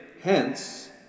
Hence